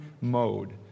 mode